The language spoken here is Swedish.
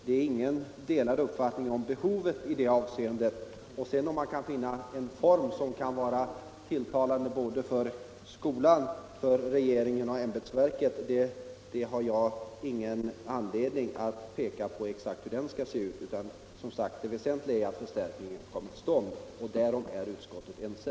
Det råder inga delade meningar om behovet i det avseendet. En annan sak är att söka finna den form som är tillfredsställande för skolan. Jag har ingen anledning att försöka peka på hur den skall se ut. Det väsentliga är att förstärkningen kommer till stånd, och därom är utskottet ense.